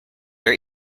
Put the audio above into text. are